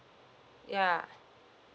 ya